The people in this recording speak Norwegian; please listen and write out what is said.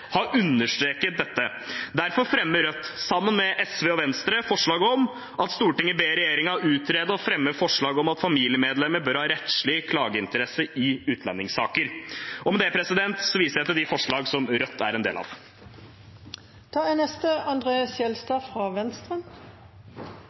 Venstre forslag om at Stortinget ber regjeringen utrede og fremme forslag om at familiemedlemmer bør ha rettslig klageinteresse i utlendingssaker. Med det viser jeg til de forslag som Rødt er en del av.